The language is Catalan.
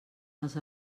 els